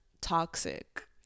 toxic